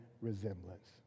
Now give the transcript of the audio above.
resemblance